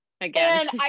Again